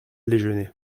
déjeuner